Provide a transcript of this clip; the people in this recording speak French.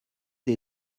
des